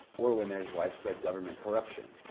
or when there's widespread government corruption?